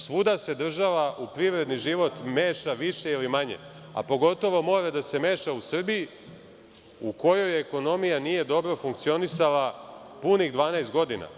Svuda se država i privredni život meša više ili manje, a pogotovo mora da se meša u Srbiji, u kojoj ekonomija nije funkcionisala punih 12 godina.